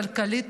הכלכלית,